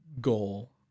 goal